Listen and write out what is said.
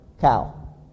cow